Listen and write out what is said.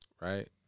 right